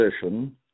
position